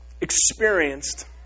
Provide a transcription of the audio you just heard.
experienced